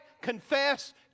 confess